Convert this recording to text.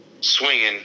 swinging